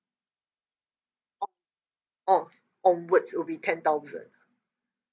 oh oh onwards it'll be ten thousand